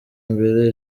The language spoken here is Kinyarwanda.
mbere